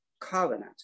covenant